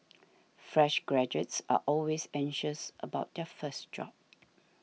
fresh graduates are always anxious about their first job